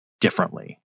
differently